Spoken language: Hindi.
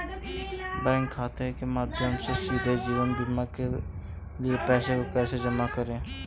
बैंक खाते के माध्यम से सीधे जीवन बीमा के लिए पैसे को कैसे जमा करें?